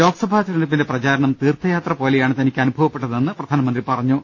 ലോക്സഭാ തെരഞ്ഞെടുപ്പിന്റെ പ്രചാരണം തീർത്ഥയാത്രപോലെയാണ് തനിയ്ക്ക് അനുഭവ പ്പെട്ടതെന്ന് പ്രധാനമന്ത്രി പറഞ്ഞു